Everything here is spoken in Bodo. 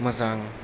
मोजां